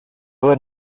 were